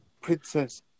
princess